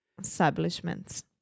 establishments